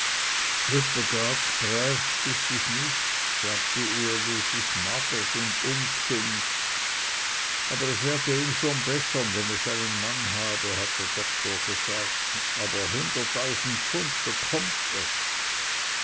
ist es nicht sagte uli es ist magers und ungsüngs aber es werde ihm schon bessern wenn es einen mann habe hat der doktor gesagt aber hunderttausend pfund bekömmt es